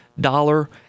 dollar